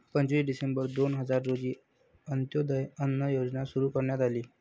पंचवीस डिसेंबर दोन हजार रोजी अंत्योदय अन्न योजना सुरू करण्यात आली